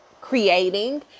creating